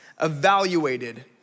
evaluated